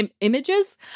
images